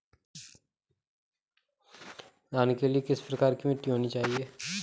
धान के लिए किस प्रकार की मिट्टी होनी चाहिए?